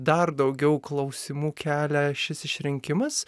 dar daugiau klausimų kelia šis išrinkimas